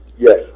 Yes